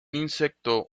insecto